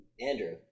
Andrew